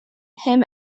him